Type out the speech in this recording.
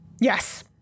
Yes